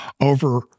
over